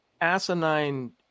asinine